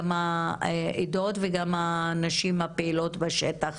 גם העדות וגם הנשים הפעילות בשטח,